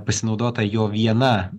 pasinaudota jo viena